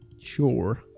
sure